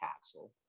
Castle